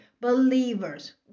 believers